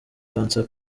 cancer